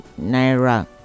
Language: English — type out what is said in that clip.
naira